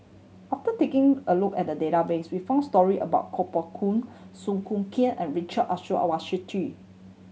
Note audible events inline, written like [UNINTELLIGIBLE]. after taking a look at database we found story about Kuo Pao Kun Song Hoot Kiam and Richard [UNINTELLIGIBLE]